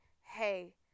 hey